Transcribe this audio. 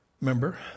Remember